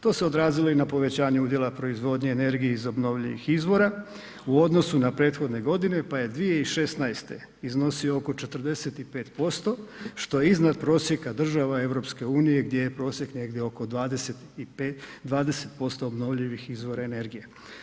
To se odrazilo i na povećanje udjela proizvodnje energije iz obnovljivih izvora u odnosu na prethodne godine, pa je 2016. iznosio oko 45% što je iznad prosjeka država EU gdje je prosjek negdje oko 20% obnovljivih izvora energije.